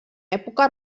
època